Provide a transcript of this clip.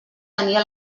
tenia